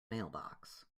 mailbox